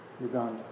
Uganda